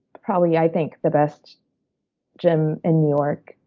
probably, i think, the best gym in new york.